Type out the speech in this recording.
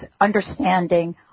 understanding